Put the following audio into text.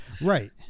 Right